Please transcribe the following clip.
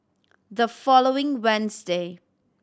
the following Wednesday